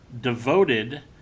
devoted